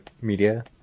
media